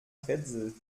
rätsel